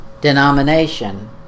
denomination